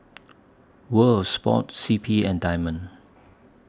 World Sports C P and Diamond